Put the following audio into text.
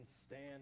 stand